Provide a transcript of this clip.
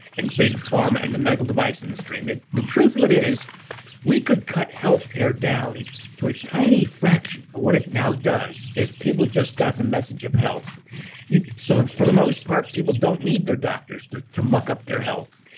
and big pharma, and the medical device industry. and the the truth of it is we could cut healthcare down to a tiny fraction of what it now does if people just got the message of health sort of for the most part, people don't need their doctors to to muck up their health.